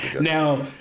Now